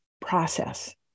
process